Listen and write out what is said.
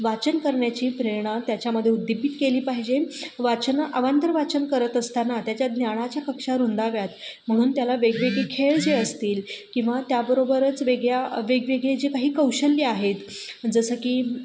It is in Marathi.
वाचन करण्याची प्रेरणा त्याच्यामध्ये उद्दीपित केली पाहिजे वाचन अवांतर वाचन करत असताना त्याच्यात ज्ञानाच्या कक्षा रुंदाव्यात म्हणून त्याला वेगवेगळी खेळ जे असतील किंवा त्याबरोबरच वेगळ्या वेगवेगळे जे काही कौशल्य आहेत जसं की